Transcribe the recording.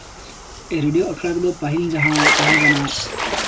radio ᱟᱠᱷᱲᱟ ᱨᱮᱫᱚ ᱯᱟᱹᱦᱤᱞ ᱡᱟᱦᱟᱸ ᱛᱟᱦᱮᱠᱟᱱᱟ